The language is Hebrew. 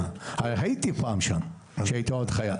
הייתי פעם שם כשהייתי עוד חייל.